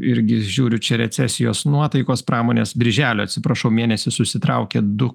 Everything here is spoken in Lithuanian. irgi žiūriu čia recesijos nuotaikos pramonės birželio atsiprašau mėnesį susitraukė du